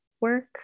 work